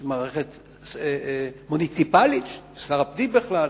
יש מערכת מוניציפלית, שר הפנים, בכלל.